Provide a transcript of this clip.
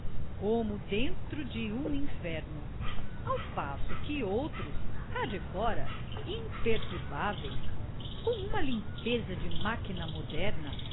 como dentro de um inferno ao passo que outros cá de fora imperturbáveis com uma limpeza de máquina moderna